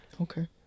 Okay